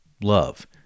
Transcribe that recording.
love